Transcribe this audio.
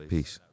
Peace